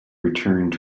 returned